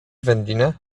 wędlinę